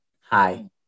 Hi